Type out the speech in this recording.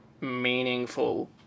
meaningful